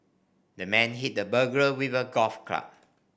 the man hit the burglar with a golf club